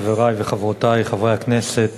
חברי וחברותי חברי הכנסת,